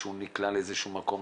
שהוא נקלע לא יזה שהוא מקום,